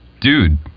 dude